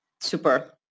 Super